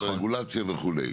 ואת הרגולציה וכולה.